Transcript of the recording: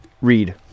read